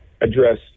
address